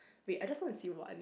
wait I just want to see one